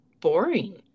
boring